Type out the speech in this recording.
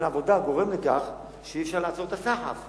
העובדה שאתם מקבלים אותם לעבודה גורמת לכך שאי-אפשר לעצור את הסחף.